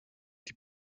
die